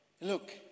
Look